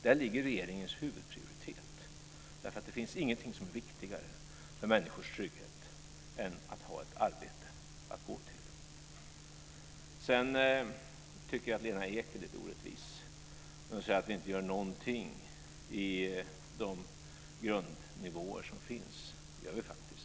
Där ligger regeringens huvudprioritet. Det finns ingenting som är viktigare för människors trygghet än att ha ett arbete att gå till. Sedan tycker jag att Lena Ek är lite orättvis när hon säger att vi inte gör någonting i fråga om de grundnivåer som finns. Det gör vi faktiskt.